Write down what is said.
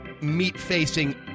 meat-facing